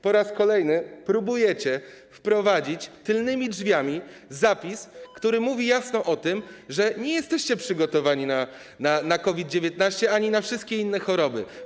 Po raz kolejny próbujecie wprowadzić tylnymi drzwiami zapis, który mówi jasno o tym, że nie jesteście przygotowani na COVID-19 ani na żadne inne choroby.